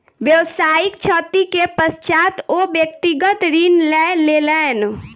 व्यावसायिक क्षति के पश्चात ओ व्यक्तिगत ऋण लय लेलैन